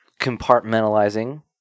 compartmentalizing